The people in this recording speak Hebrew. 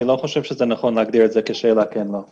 אני לא חושב שנכון להגדיר את זה כשאלה של כן ולא.